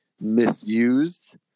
misused